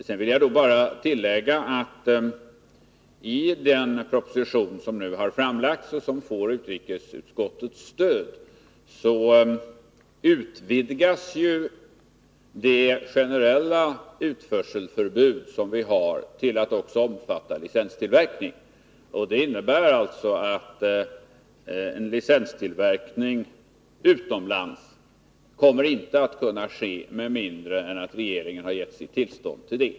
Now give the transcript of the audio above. Jag vill sedan bara tillägga att i den proposition som nu har framlagts och som får utrikesutskottets stöd utvidgas de generella utförselförbud som vi har till att också omfatta licenstillverkning. Det innebär att en licenstillverkning utomlands inte kommer att kunna ske med mindre än att regeringen har gett sitt tillstånd till det.